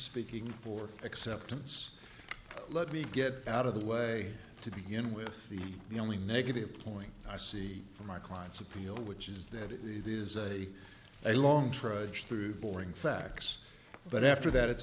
speaking for acceptance let me get out of the way to begin with the the only negative point i see for my clients appeal which is that it is a a long trudge through boring facts but after that it's